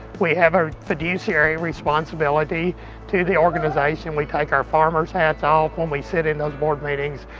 we have a fiduciary responsibility to the organization. we take our farmer's hats off when we sit in those board meetings.